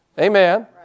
Amen